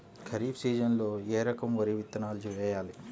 ఖరీఫ్ సీజన్లో ఏ రకం వరి విత్తనాలు వేయాలి?